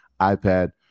iPad